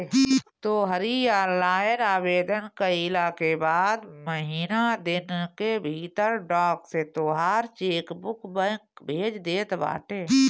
तोहरी ऑनलाइन आवेदन कईला के बाद महिना दिन के भीतर डाक से तोहार चेकबुक बैंक भेज देत बाटे